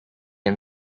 and